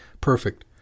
Perfect